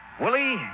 Willie